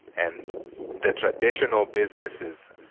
and the traditional businesses,